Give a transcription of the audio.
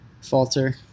falter